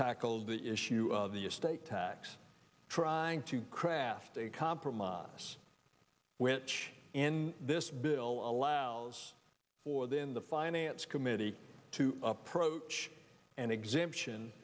tackled the issue of the estate tax trying to craft a compromise which in this bill allows for the in the finance committee to approach an exemption